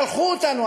שלחו אותנו.